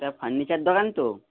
এটা ফার্নিচার দোকান তো